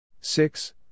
Six